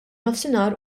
nofsinhar